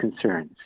concerns